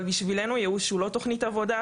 אבל בשבילו ייאוש הוא לא תוכנית עבודה,